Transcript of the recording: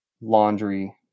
laundry